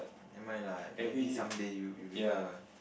never mind lah maybe someday you you become a